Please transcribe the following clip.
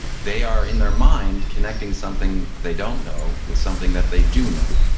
they are in their mind connecting something they don't know with something that they do know.